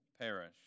perish